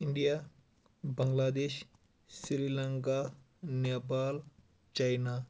India Bangladesh Sri Lanka Nepal China